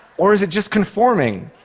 or is it just conforming?